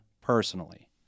personally